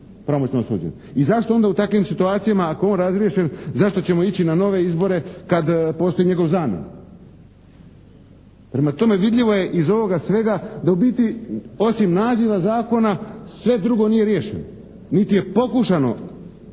I zašto onda u takvim situacijama ako je on razriješen, zašto ćemo ići na nove izbore kad postoji njegov zamjenik? Prema tome vidljivo je iz ovoga svega da u biti osim naziva zakona sve drugo nije riješeno. Niti je pokušano